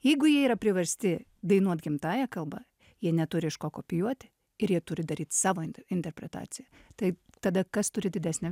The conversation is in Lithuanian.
jeigu jie yra priversti dainuot gimtąja kalba jie neturi iš ko kopijuoti ir jie turi daryt savo interpretaciją tai tada kas turi didesnę